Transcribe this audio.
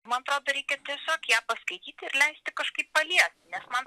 man atrodo reikia tiesiog ją paskaityti ir leisti kažkaip paliesti nes man